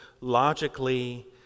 logically